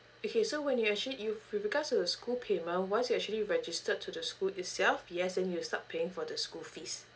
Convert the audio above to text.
okay so when you actually you with regards to the school payment once you actually registered to the school itself P_S_N you will start paying for the school fees